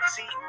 See